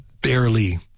barely